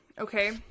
okay